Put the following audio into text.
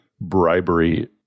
bribery